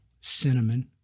cinnamon